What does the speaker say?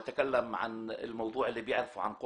כי לא נשאר לנו הרבה זמן.